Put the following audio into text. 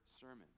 sermon